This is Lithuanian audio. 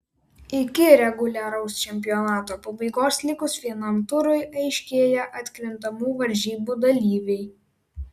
iki reguliaraus čempionato pabaigos likus vienam turui aiškėja atkrintamų varžybų dalyviai